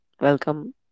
welcome